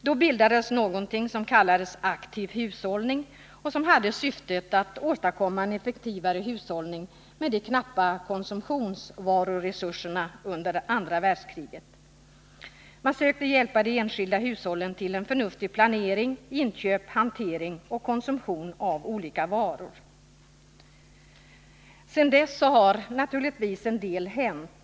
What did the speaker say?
Då bildades någonting som kallades Aktiv hushållning och som hade syftet att åstadkomma en effektivare hushållning med de knappa konsumtionsvaruresurserna under andra världskriget. Man sökte hjälpa de enskilda hushållen till förnuftig planering, inköp, hantering och konsumtion av olika varor. Sedan dess har naturligtvis en del hänt.